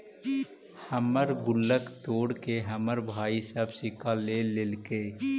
हमर गुल्लक तोड़के हमर भाई सब सिक्का ले लेलके